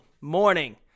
morning